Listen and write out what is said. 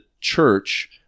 church